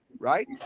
right